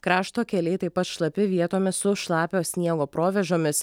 krašto keliai taip pat šlapi vietomis su šlapio sniego provėžomis